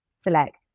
select